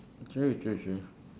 true true true